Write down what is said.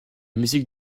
musique